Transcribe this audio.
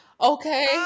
Okay